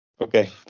Okay